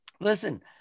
Listen